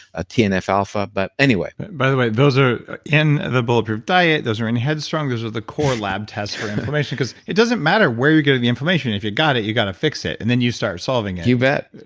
ah tnf-alpha, but anyway. by the way, those are in the bulletproof diet, those are in head strong, those are the core lab tests for inflammation cause it doesn't matter where you're getting the inflammation. if you got it, you gotta fix it, and then you start solving it. you bet.